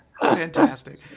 Fantastic